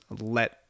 let